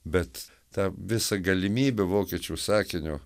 bet ta visa galimybė vokiečių sakinio